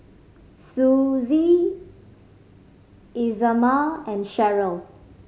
Suzie Isamar and Sheryl